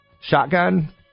shotgun